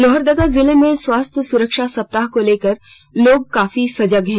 लोहरदगा जिले में स्वास्थ्य सुरक्षा सप्ताह को लेकर लोग काफी सजग हैं